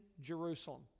Jerusalem